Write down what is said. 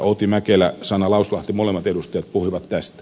outi mäkelä sanna lauslahti molemmat edustajat puhuivat tästä